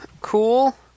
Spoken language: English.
cool